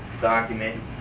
document